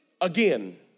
again